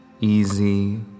easy